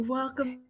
Welcome